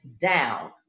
down